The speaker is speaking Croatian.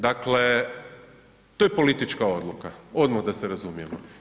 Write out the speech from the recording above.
Dakle, to je politička odluka odmah da se razumijemo.